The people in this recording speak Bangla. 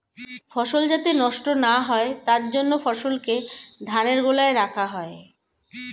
ফসল যাতে নষ্ট না হয় তার জন্য ফসলকে ধানের গোলায় রাখা হয়